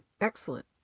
Excellent